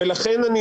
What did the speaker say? לכן אני